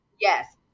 Yes